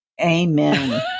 Amen